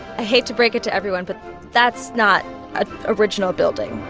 i hate to break it to everyone, but that's not an original building.